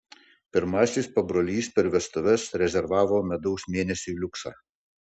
pirmasis pabrolys per vestuves rezervavo medaus mėnesiui liuksą